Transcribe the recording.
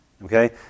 Okay